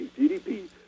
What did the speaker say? gdp